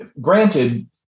granted